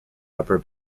upper